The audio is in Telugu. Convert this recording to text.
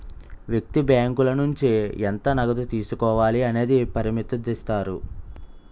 వ్యక్తి బ్యాంకుల నుంచి ఎంత నగదు తీసుకోవాలి అనేది పరిమితుదిస్తారు